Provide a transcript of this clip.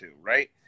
right